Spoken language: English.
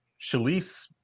Shalice